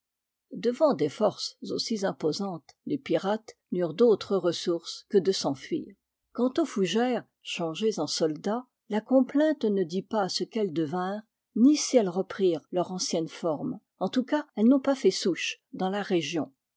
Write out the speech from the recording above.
devant des forces aussi imposantes les pirates n'eurent d'autre ressource que de s'enfuir quant aux fougères changées en soldats la complainte ne dit pas ce qu'elles devinrent ni si elles reprirent leur ancienne forme en tout cas elles n'ont pas fait souche dans la région